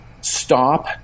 stop